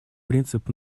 принцип